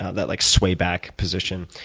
ah that like sway back position,